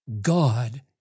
God